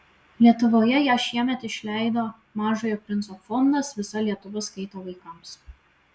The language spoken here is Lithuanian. lietuvoje ją šiemet išleido mažojo princo fondas visa lietuva skaito vaikams